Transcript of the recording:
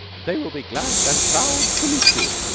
they will be glad and proud to meet you.